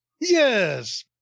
Yes